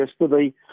yesterday